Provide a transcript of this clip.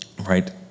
right